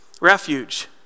Refuge